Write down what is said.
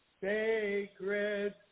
Sacred